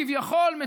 כביכול,